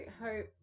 hope